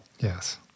Yes